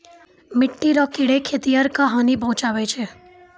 मिट्टी रो कीड़े खेतीहर क हानी पहुचाबै छै